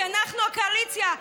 כי אנחנו הקואליציה.